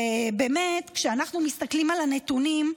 ובאמת, כשאנחנו מסתכלים על הנתונים,